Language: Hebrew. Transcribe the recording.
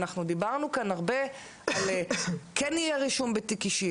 אנחנו דיברנו כאן הרבה על כן יהיה רישום בתיק אישי,